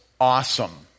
awesome